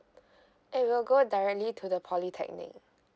it will go directly to the polytechnic